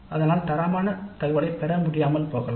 அதனால் தரமான டேட்டாவை பெற முடியாமல் போகலாம்